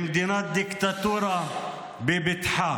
למדינת דיקטטורה בבטחה,